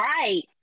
right